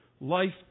life